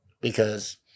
because-